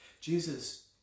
Jesus